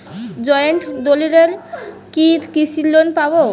Joint দলিলে কি কৃষি লোন পাব?